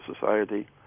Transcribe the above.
society